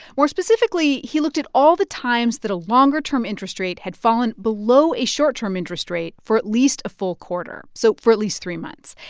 more specifically, he looked at all the times that a longer-term interest rate had fallen below a short-term interest rate for at least a full quarter so for at least three months.